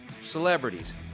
celebrities